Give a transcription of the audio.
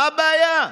מה הבעיה,